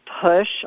push